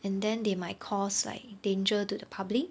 and then they might because like danger to the public